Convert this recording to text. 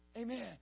Amen